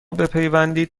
بپیوندید